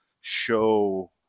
show